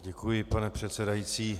Děkuji, pane předsedající.